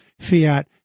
fiat